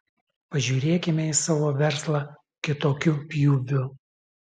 pažiūrėkime į savo verslą kitokiu pjūviu